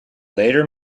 later